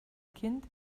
kind